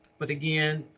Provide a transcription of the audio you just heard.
but again,